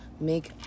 make